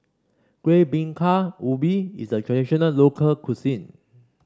Kuih Bingka Ubi is a traditional local cuisine